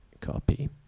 copy